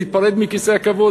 להיפרד מכיסא הכבוד,